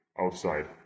outside